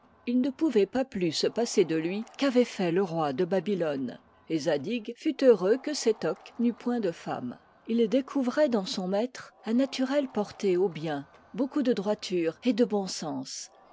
il ne pouvait pas plus se passer de lui qu'avait fait le roi de babylone et zadig fut heureux que sétoc n'eût point de femme il découvrait dans son maître un naturel porté au bien beaucoup de droiture et de bon sens